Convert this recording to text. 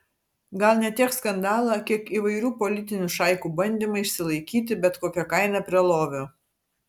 gal ne tiek skandalą kiek įvairių politinių šaikų bandymą išsilaikyti bet kokia kaina prie lovio